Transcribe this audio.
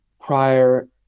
prior